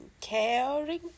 Caring